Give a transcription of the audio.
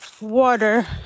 water